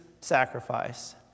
sacrifice